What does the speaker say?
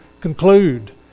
conclude